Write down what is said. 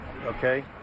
okay